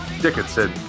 Dickinson